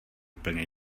úplně